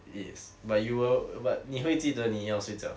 yes but you will but 你会记得你要睡觉